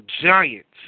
giants